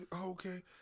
okay